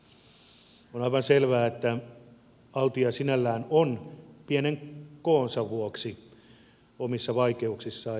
on aivan selvää että altia sinällään on pienen kokonsa vuoksi omissa vaikeuksissaan